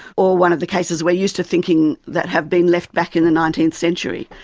or one of the cases, we're used to thinking, that had been left back in the nineteenth century.